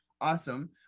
awesome